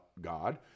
God